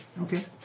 Okay